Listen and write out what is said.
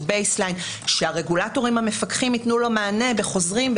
בייס-ליין שהרגולטורים המפקחים ייתנו לו מענה בחוזרים,